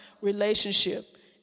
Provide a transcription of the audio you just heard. relationship